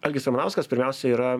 algis ramanauskas pirmiausia yra